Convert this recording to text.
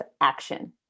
action